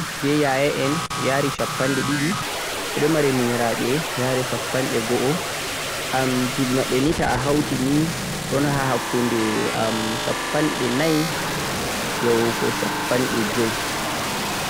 Miɗon adda'en be yaya'en yari shappanɗe ɗiɗi, miɗon mari minyiraɓe yari sappo, duɓe maɓɓe nii ta'ahauti yaran shappanɗe nai yahugo shappanɗde joi